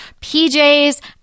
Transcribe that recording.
PJs